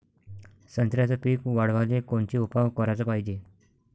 संत्र्याचं पीक वाढवाले कोनचे उपाव कराच पायजे?